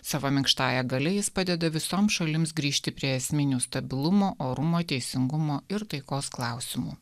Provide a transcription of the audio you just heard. savo minkštąja galia jis padeda visoms šalims grįžti prie esminių stabilumo orumo teisingumo ir taikos klausimų